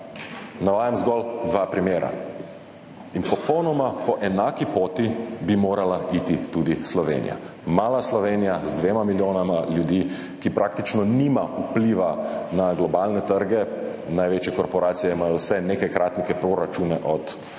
Navajam zgolj dva primera. In popolnoma po enaki poti bi morala iti tudi Slovenija. Mala Slovenija z dvema milijonoma ljudi, ki praktično nima vpliva na globalne trge, največje korporacije imajo vse nekajkratnike proračuna od proračuna